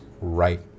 right